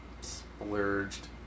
splurged